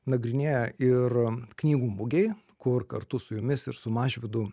nagrinėję ir knygų mugėj kur kartu su jumis ir su mažvydu